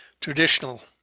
traditional